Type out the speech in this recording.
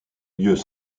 lieux